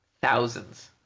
thousands